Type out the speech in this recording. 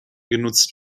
genutzt